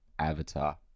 Avatar